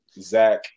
Zach